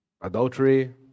Adultery